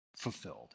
fulfilled